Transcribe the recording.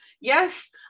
yes